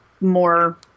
more